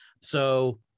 So-